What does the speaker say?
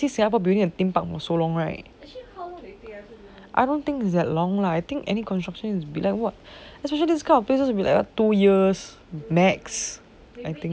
you don't see singapore building a theme park for so long right I don't think that long lah I think any construction is below what especially this kind of places would be like two years max I think